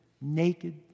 naked